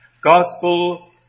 Gospel